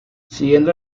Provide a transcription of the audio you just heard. siguiendo